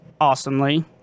awesomely